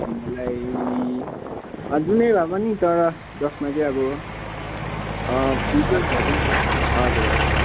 मलाई जुनै भए पनि तर जसमा चाहिँ अब अ फिचर्स भएको हजुर हजुर